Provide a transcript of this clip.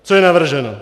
Co je navrženo?